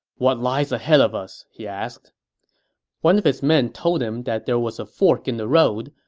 what lies ahead of us? he asked one of his men told him that there was a fork in the road,